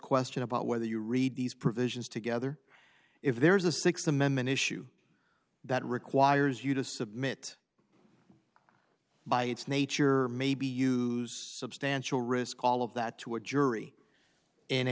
question about whether you read these provisions together if there is a sixth amendment issue that requires you to submit by its nature maybe use substantial risk all of that to a jury in